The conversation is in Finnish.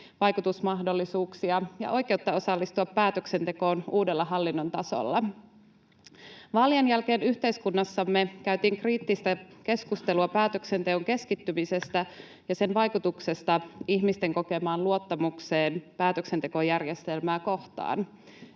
vaikutusmahdollisuuksia ja oikeuden osallistua päätöksentekoon uudella hallinnon tasolla. Vaalien jälkeen yhteiskunnassamme käytiin kriittistä keskustelua päätöksenteon keskittymisestä ja sen vaikutuksesta ihmisten kokemaan luottamukseen päätöksentekojärjestelmää kohtaan